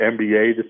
NBA